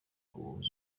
ubuhungiro